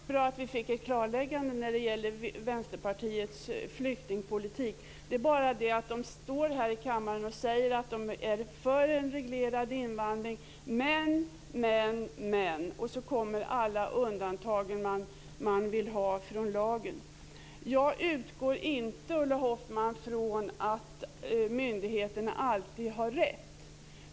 Fru talman! Det var bra att vi fick ett klarläggande när det gäller Vänsterpartiets flyktingpolitik. Det är bara det att man står här i kammaren och säger sig vara för en reglerad invandring men, men, men - och så kommer alla undantag man vill ha från lagen. Jag utgår inte, Ulla Hoffmann, från att myndigheterna alltid har rätt.